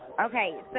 Okay